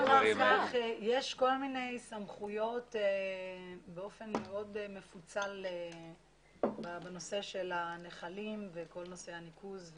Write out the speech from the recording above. יש כל מיני סמכויות באופן מאוד מפוצל בנושא של הנחלים וכל נושא הניקוז.